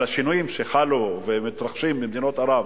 השינויים שחלו ומתרחשים במדינות ערב,